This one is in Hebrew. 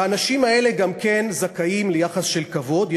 והאנשים האלה גם כן זכאים ליחס של כבוד.